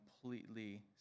completely